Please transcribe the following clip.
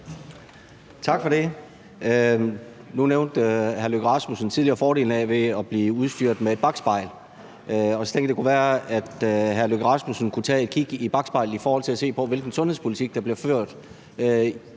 Tak for det. Nu nævnte hr. Lars Løkke Rasmussen tidligere fordelen ved at blive udstyret med et bakspejl. Så tænkte jeg, at det kunne være, at hr. Lars Løkke Rasmussen kunne kigge i bakspejlet og se på, hvilken sundhedspolitik der blev ført,